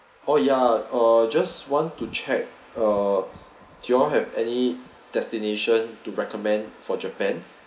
oh ya uh just want to check ah do you all have any destination to recommend for japan